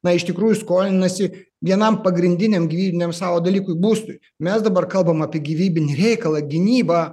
na iš tikrųjų skolinasi vienam pagrindiniam gyvybiniam savo dalykui būstui mes dabar kalbam apie gyvybinį reikalą gynybą